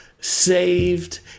saved